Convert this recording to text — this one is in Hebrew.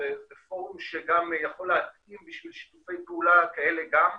יכול להתאים בשביל שיתופי פעולה כאלה גם.